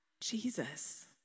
Jesus